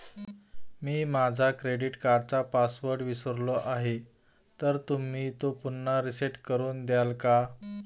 मी माझा क्रेडिट कार्डचा पासवर्ड विसरलो आहे तर तुम्ही तो पुन्हा रीसेट करून द्याल का?